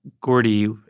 Gordy